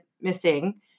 missing